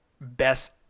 best